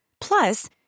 Plus